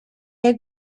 had